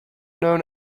known